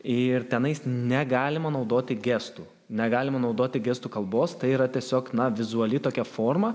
ir tenais negalima naudoti gestų negalima naudoti gestų kalbos tai yra tiesiog na vizuali tokia forma